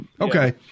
Okay